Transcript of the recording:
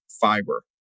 fiber